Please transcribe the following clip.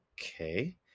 Okay